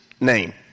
name